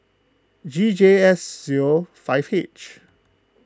G J S zero five H